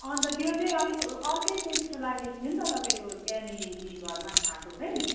अन्त त्यो चाहिँ अलिक अर्कै टेस्ट लागेको थियो नि त तपाईँको त्यहाँनिर घरमा खाएको चाहिँ